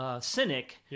Cynic